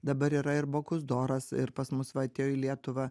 dabar yra ir bokus doras ir pas mus va atėjo į lietuvą